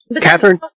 Catherine